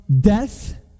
death